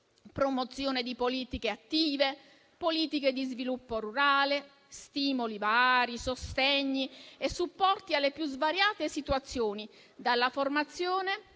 promozione di politiche attive, politiche di sviluppo rurale, stimoli vari, sostegni e supporti alle più svariate situazioni, dalla formazione,